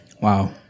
wow